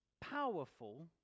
powerful